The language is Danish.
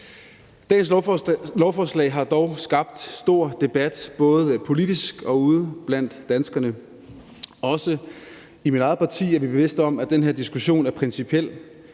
Dagens lovforslag har dog skabt stor debat både politisk og ude blandt danskerne. Også i mit eget parti er vi bevidste om, at den her diskussion er principiel.